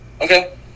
Okay